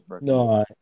No